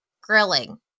grilling